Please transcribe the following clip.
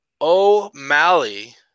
o'malley